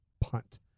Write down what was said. punt